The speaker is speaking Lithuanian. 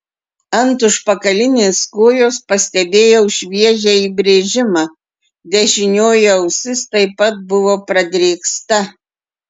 ant užpakalinės kojos pastebėjau šviežią įbrėžimą dešinioji ausis taip pat buvo pradrėksta